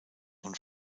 und